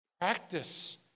Practice